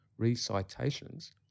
Recitations